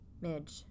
midge